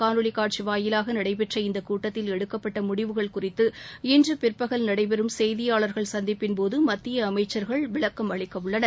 காணொலி காட்சி வாயிலாக நடைபெற்ற இந்த கூட்டத்தில் எடுக்கப்பட்ட முடிவுகள் குறித்து இன்று பிற்பகல் நடைபெறும் செய்தியாளர்கள் சந்திப்பின்போது மத்திய அமைச்சர்கள் விளக்கம் அளிக்கவுள்ளனர்